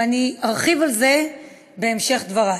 ואני ארחיב על זה בהמשך דברי.